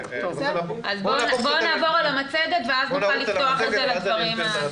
נעבור על המצגת, ואז נוכל לפתוח את זה לדברים.